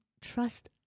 trust